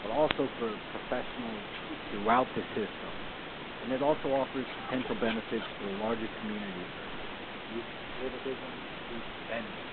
but also for professionals throughout the system and it also offers potential benefits to the larger community versus reduced recidivism and reduced spending